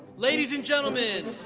ladies and gentlemen,